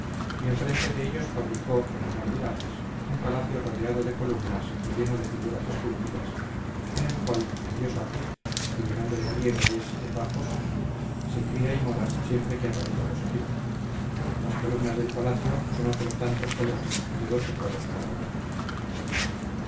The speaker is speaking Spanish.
fabricó en honor de apis un palacio rodeado de columnas y lleno de figuras esculpidas en el cual el dios apis cuyo nombre griego es epafos se cría y mora siempre que aparece a los egipcios las columnas del palacio son otros tantos colosos de doce codos cada uno